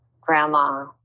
grandma